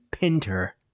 Pinter